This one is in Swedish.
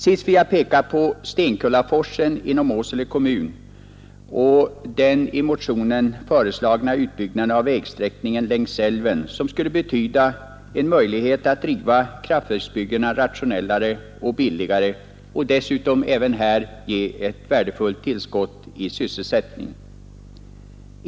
Sist vill jag peka på Stenkullaforsen inom Åsele kommun och den i motionen föreslagna utbyggnaden av vägsträckningen längs älven, vilket skulle betyda en möjlighet att driva kraftverksbyggnaden rationellare och billigare och dessutom även här ge ett värdefullt tillskott till sysselsättning.